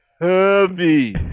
heavy